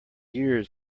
years